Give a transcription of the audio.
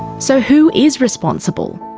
so who is responsible?